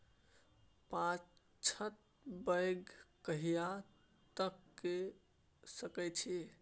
पछात बौग कहिया तक के सकै छी?